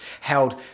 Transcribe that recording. held